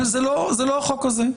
אבל זה לא החוק הזה.